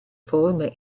forme